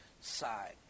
side